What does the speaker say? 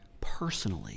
personally